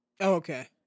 Okay